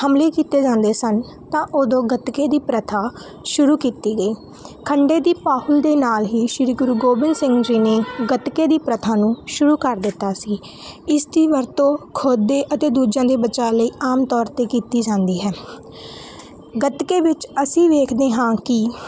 ਹਮਲੇ ਕੀਤੇ ਜਾਂਦੇ ਸਨ ਤਾਂ ਉਦੋਂ ਗਤਕੇ ਦੀ ਪ੍ਰਥਾ ਸ਼ੁਰੂ ਕੀਤੀ ਗਈ ਖੰਡੇ ਦੀ ਪਾਹੁਲ ਦੇ ਨਾਲ ਹੀ ਸ਼੍ਰੀ ਗੁਰੂ ਗੋਬਿੰਦ ਸਿੰਘ ਜੀ ਨੇ ਗਤਕੇ ਦੀ ਪ੍ਰਥਾ ਨੂੰ ਸ਼ੁਰੂ ਕਰ ਦਿੱਤਾ ਸੀ ਇਸ ਦੀ ਵਰਤੋਂ ਖੁਦ ਦੇ ਅਤੇ ਦੂਜਿਆਂ ਦੇ ਬਚਾਅ ਲਈ ਆਮ ਤੌਰ 'ਤੇ ਕੀਤੀ ਜਾਂਦੀ ਹੈ ਗੱਤਕੇ ਵਿੱਚ ਅਸੀਂ ਵੇਖਦੇ ਹਾਂ ਕਿ